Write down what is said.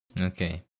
Okay